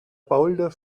boulder